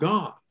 God